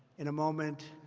in a moment,